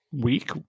week